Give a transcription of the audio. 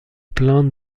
plaintes